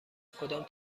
کدام